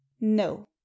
no